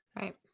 Right